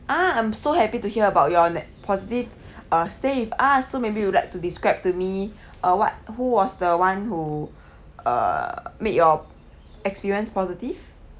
ah I'm so happy to hear about your ne~ positive uh stay with us so maybe you like to describe to me uh what who was the one who uh make your experience positive